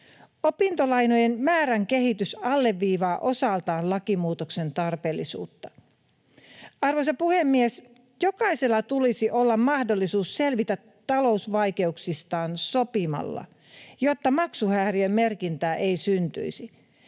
Opintolainojen määrän kehitys alleviivaa osaltaan lakimuutoksen tarpeellisuutta. Arvoisa puhemies! Jokaisella tulisi olla mahdollisuus selvitä talousvaikeuksistaan sopimalla, jotta maksuhäiriömerkintää ei syntyisi.